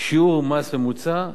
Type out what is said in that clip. שיעור מס ממוצע,